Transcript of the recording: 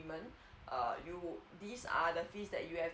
err you these are the fees that you have